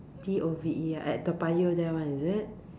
D O V E ah at Toa-Payoh there [one] is it